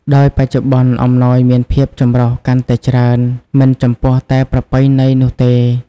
ដោយបច្ចុប្បន្ន អំណោយមានភាពចម្រុះកាន់តែច្រើន មិនចំពោះតែប្រពៃណីនោះទេ។